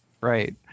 Right